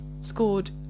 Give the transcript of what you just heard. scored